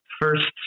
first